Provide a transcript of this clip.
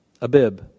Abib